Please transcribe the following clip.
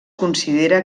considera